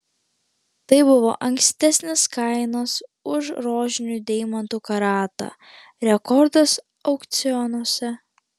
tai buvo ankstesnis kainos už rožinių deimantų karatą rekordas aukcionuose